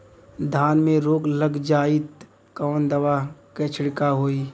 धान में रोग लग जाईत कवन दवा क छिड़काव होई?